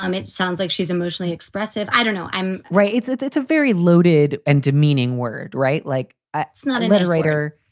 um it sounds like she's emotionally expressive. i don't know. i'm right it's it's it's a very loaded and demeaning word. right. like, it's not a letter writer.